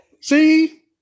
See